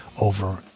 over